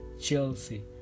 Chelsea